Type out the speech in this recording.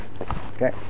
Okay